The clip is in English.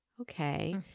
Okay